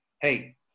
hey